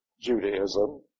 Judaism